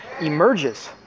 emerges